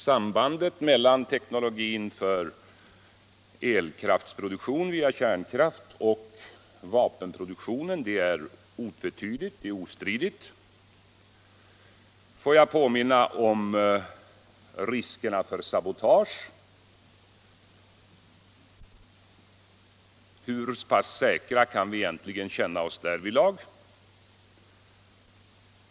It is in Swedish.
Sambandet mellan teknologin för elkraftsproduktion via kärnkraft och vapenproduktionen är ostridigt. Får jag påminna om riskerna för sabotage. Hur pass säkra kan vi egentligen känna oss därvidlag?